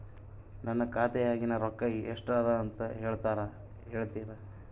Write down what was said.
ನನ್ನ ಖಾತೆಯಾಗಿನ ರೊಕ್ಕ ಎಷ್ಟು ಅದಾ ಅಂತಾ ಹೇಳುತ್ತೇರಾ?